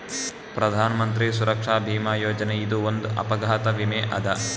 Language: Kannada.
ಪ್ರಧಾನ್ ಮಂತ್ರಿ ಸುರಕ್ಷಾ ಭೀಮಾ ಯೋಜನೆ ಇದು ಒಂದ್ ಅಪಘಾತ ವಿಮೆ ಅದ